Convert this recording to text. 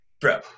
bro